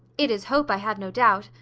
it is hope, i have no doubt,